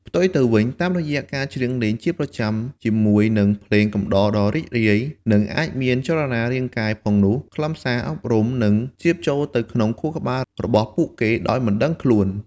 ផ្ទុយទៅវិញ តាមរយៈការច្រៀងលេងជាប្រចាំ ជាមួយនឹងភ្លេងកំដរដ៏រីករាយ និងអាចមានចលនារាងកាយផងនោះ ខ្លឹមសារអប់រំនឹង ជ្រាបចូលទៅក្នុង ខួរក្បាលរបស់ពួកគេដោយមិនដឹងខ្លួន។